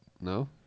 No